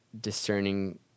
discerning